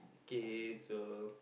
K so